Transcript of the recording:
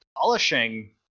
polishing